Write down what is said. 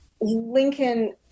Lincoln